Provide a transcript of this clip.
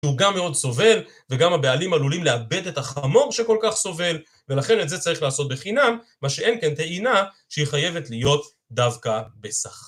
הוא גם מאוד סובל, וגם הבעלים עלולים לאבד את החמור שכל כך סובל, ולכן את זה צריך לעשות בחינם, מה שאין כן טעינה שהיא חייבת להיות דווקא בשכר.